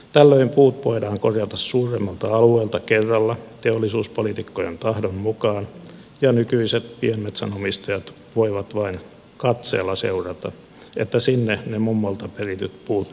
tällöin puut voidaan korjata suuremmalta alueelta kerralla teollisuuspoliitikkojen tahdon mukaan ja nykyiset pienmetsänomistajat voivat vain katseella seurata että sinne ne mummolta perityt puut nyt menivät